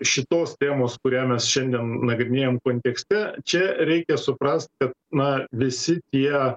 šitos temos kurią mes šiandien nagrinėjam kontekste čia reikia suprast na visi tie